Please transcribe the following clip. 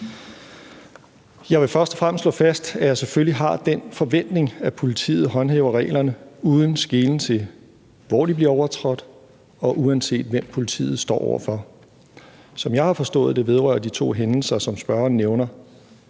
Jeg vil først og fremmest slå fast, at jeg selvfølgelig har en forventning om, at politiet håndhæver reglerne uden skelen til, hvor de bliver overtrådt, og uanset hvem politiet står over for. Som jeg har forstået det, vedrører de to hændelser, som spørgeren nævner,